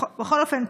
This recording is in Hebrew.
בכל אופן,